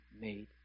made